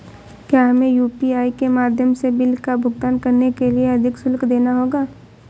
क्या हमें यू.पी.आई के माध्यम से बिल का भुगतान करने के लिए अधिक शुल्क देना होगा?